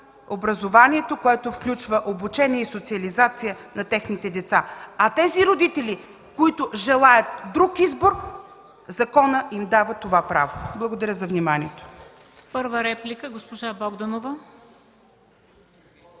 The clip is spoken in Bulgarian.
образованието, което включва обучение и социализация. Родители, които желаят друг избор, законът им дава това право. Благодаря за вниманието.